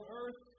earth